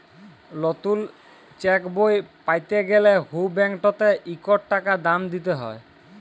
লতুল চ্যাকবই প্যাতে গ্যালে হুঁ ব্যাংকটতে ইকট টাকা দাম দিতে হ্যয়